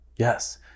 Yes